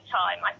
time